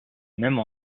mêmes